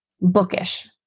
Bookish